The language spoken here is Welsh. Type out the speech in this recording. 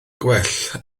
gwell